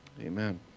Amen